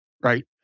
Right